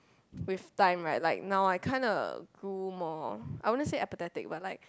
with times right like now I kinda grew more I wanna say apathetic but like